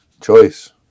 Choice